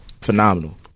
Phenomenal